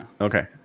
Okay